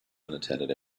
unintended